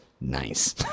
Nice